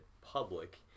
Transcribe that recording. public